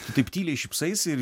tu taip tyliai šypsaisi ir